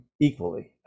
equally